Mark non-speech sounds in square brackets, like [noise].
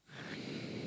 [breath]